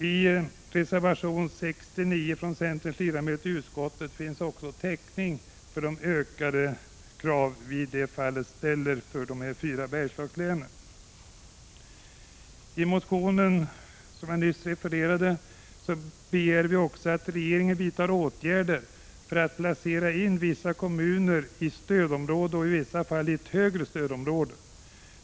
I reservation 69 från centerns ledamöter i utskottet finns också täckning för de ökade krav vi i det fallet ställer för de fyra Bergslagslänen. I motionen som jag nyss refererade till begär vi också att regeringen vidtar åtgärder för att placera in vissa kommuner i stödområde och i vissa fall i ett högre stödområde.